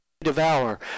devour